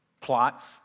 Plots